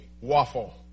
waffle